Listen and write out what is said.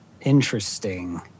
interesting